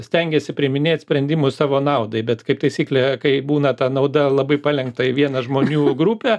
stengiasi priiminėt sprendimus savo naudai bet kaip taisyklė kai būna ta nauda labai palenkta į vieną žmonių grupę